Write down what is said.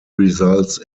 results